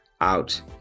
out